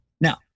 now